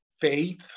faith